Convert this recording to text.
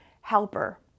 helper